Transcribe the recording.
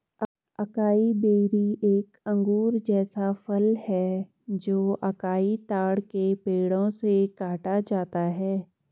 acai berry एक अंगूर जैसा फल है जो अकाई ताड़ के पेड़ों से काटा जाता है